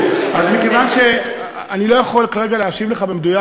מכיוון שאני לא יכול כרגע להשיב לך במדויק,